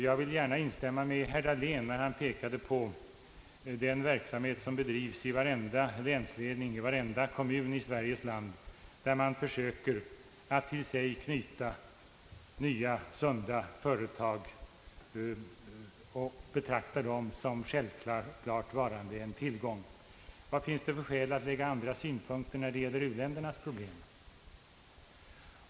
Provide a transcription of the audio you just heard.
Jag vill gärna instämma i det som herr Dahlén sade när han pekade på den verksamhet som bedrivs i varenda länsledning, i varenda kommun i Sveriges land, där man försöker att till sig knyta nya, sunda företag och betraktar dem som en självklar tillgång. Vad finns det för skäl att anlägga andra synpunkter när det gäller u-ländernas problem?